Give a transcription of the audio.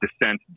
dissent